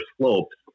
slopes